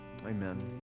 Amen